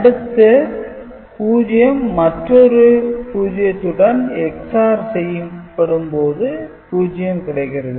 அடுத்து 0 மற்றொரு 0 உடன் OR செய்யப்படும் போது 0 கிடைக்கிறது